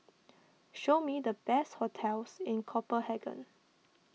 show me the best hotels in Copenhagen